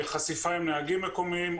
חשיפה עם נהגים מקומיים,